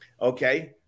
Okay